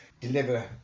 deliver